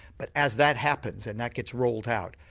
but as that happens, and that gets rolled out,